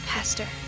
Pastor